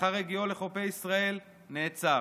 לאחר הגיעו לחופי ישראל נעצר.